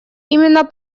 именно